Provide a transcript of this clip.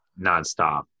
nonstop